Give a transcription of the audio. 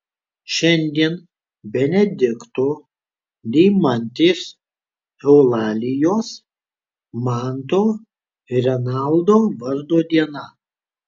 šiandien benedikto deimantės eulalijos manto ir renaldo vardo diena